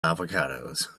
avocados